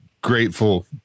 grateful